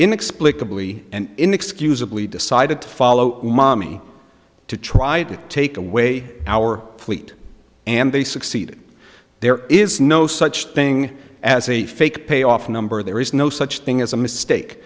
inexplicably and inexcusably decided to follow mommy to try to take away our fleet and they succeeded there is no such thing as a fake payoff number there is no such thing as a mistake